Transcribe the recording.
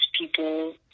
people